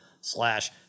slash